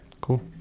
Cool